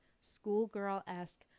schoolgirl-esque